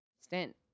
stint